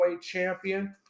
Champion